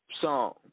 song